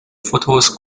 fotos